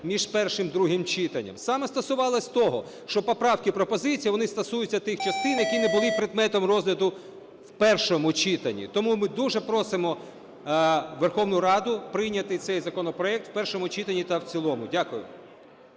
між першим, другим читанням саме стосувалася того, що поправки (пропозиції) вони стосуються тих частин, які не були предметом розгляду в першому читанні. Тому ми дуже просимо Верховну Раду прийняти цей законопроект в першому читанні та в цілому. Дякую.